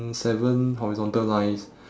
seven horizontal lines